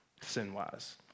sin-wise